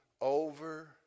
over